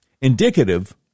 indicative